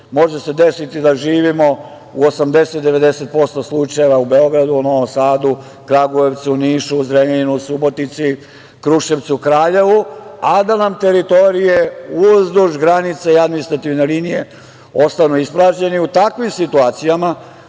Može se desiti da živimo u 80-90 posto slučajeva u Beogradu, Novom Sadu, Kragujevcu, Nišu, Zrenjaninu, Subotici, Kruševcu, Kraljevu, a da nam teritorije uzduž granice i administrativne linije ostanu ispražnjene i u takvim situacijama,